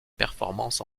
performances